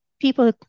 people